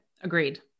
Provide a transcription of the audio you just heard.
Agreed